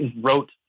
wrote